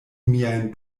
miajn